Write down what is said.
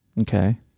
Okay